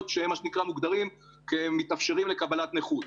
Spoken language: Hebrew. שהן מה שנקרא מוגדרות כמתאפשרות לקבלת נכות.